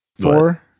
Four